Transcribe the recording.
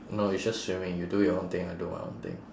no it's just swimming you do your own thing I do my own thing